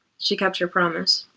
she kept her promise.